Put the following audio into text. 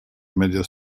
media